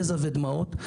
יזע ודמעות.